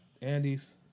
Andes